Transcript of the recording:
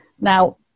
Now